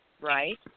right